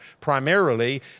primarily